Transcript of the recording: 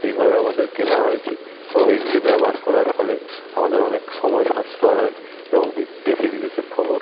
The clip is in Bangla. এইভাবে আমাদের কেনা হয়েছে এবং এগুলি ব্যবহার করার ফলে আমাদের অনেক সময় সাশ্রয় হয় এবং বিদ্ দেশে বিদেশের খবর